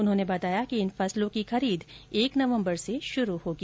उन्होंने बताया कि इन फसलों की खरीद एक नवम्बर से शुरू होगी